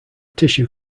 tissue